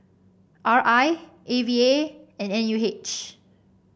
R I A V A and N U H